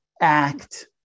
act